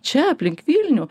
čia aplink vilnių